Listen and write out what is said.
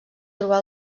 trobar